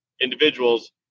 individuals